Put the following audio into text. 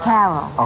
Carol